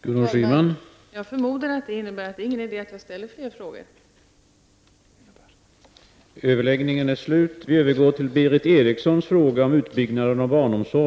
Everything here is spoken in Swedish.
Herr talman! Jag förmodar att det innebär att det inte är någon idé att jag ställer fler frågor.